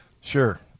Sure